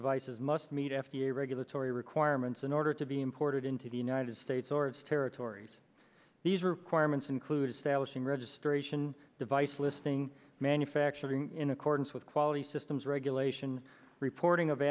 devices must meet f d a regulatory requirements in order to be imported into the united states or its territories these requirements include stashing registration device listing manufacturing in accordance with quality systems regulation reporting of